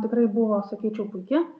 tikrai buvo sakyčiau puiki